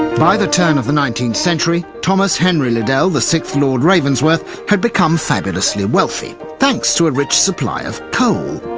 by the turn of the nineteenth century, thomas henry liddell the sixth lord ravensworth had become fabulously wealthy, thanks to a rich supply of coal.